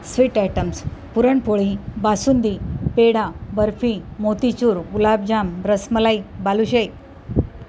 sweet items puranpoli basundi peda barfi motichoor gulab jamun rasmalai balushahi